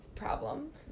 problem